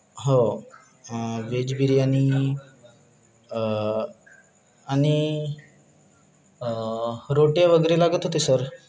हो व्हेज बिर्याणी आणि रोटे वगैरे लागत होते सर